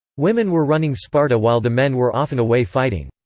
women were running sparta while the men were often away fighting.